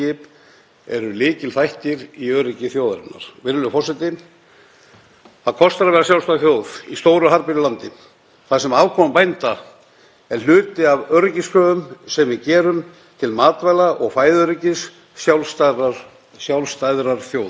er hluti af öryggiskröfum sem við gerum til matvæla- og fæðuöryggis sjálfstæðrar þjóðar.